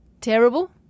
terrible